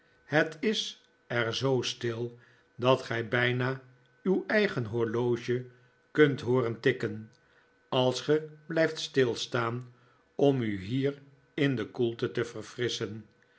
het is er zoo stil dat gij bijna uw eigen horloge kunt hooren tikken als ge blijft stilstaan om u hier in de koelte te verfrisschen